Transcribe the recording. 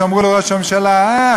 שאמרו לראש הממשלה: אה,